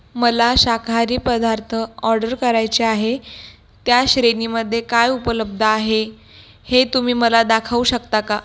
मला शाकाहारी पदार्थ ऑर्डर करायचे आहे त्या श्रेणीमध्ये काय उपलब्ध आहे हे तुम्ही मला दाखवू शकता का